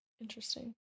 Interesting